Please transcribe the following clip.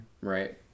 right